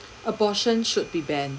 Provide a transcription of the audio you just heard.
abortion should be banned